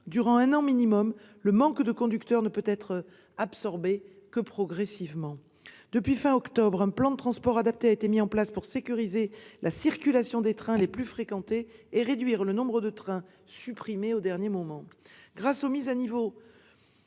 durant au minimum un an, le manque de conducteurs ne peut être absorbé que progressivement. Depuis fin octobre, un plan de transport adapté a été mis en place pour sécuriser la circulation des trains les plus fréquentés et réduire le nombre de trains supprimés au dernier moment.